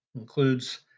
includes